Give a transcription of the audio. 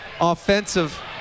offensive